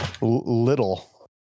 Little